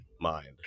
mind